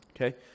Okay